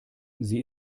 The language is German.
sie